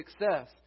success